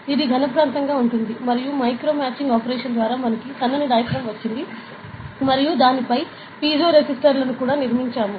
ఇది ఘన ప్రాంతంగా ఉంటుంది మరియు మైక్రో మ్యాచింగ్ ఆపరేషన్ ద్వారా మనకు సన్నని డయాఫ్రాగమ్ వచ్చింది మరియు దానిపై పైజోరేసిస్టర్లను కూడా నిర్మించాము